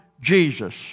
Jesus